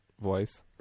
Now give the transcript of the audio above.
voice